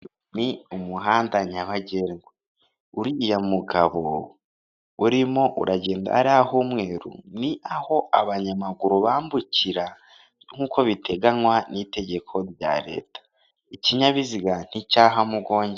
Ni umuhanda nyabagendwa uriya mugabo urimo uragenda hariya h'umweru ni aho abanyamaguru bambukira, nk'uko biteganywa n'itegeko rya leta. Ikinyabiziga nticyaha mu mugonge